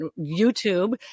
YouTube